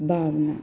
ਭਾਵਨਾ